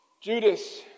Judas